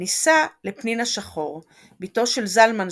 נישא לפנינה שחור , בתו של זלמן שחור,